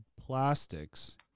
plastics